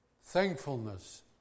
Thankfulness